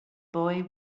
boy